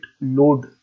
load